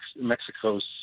Mexico's